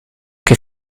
che